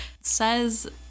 says